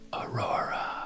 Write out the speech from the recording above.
Aurora